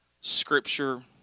scripture